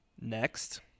Next